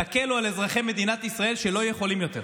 תקלו על אזרחי מדינת ישראל שלא יכולים יותר.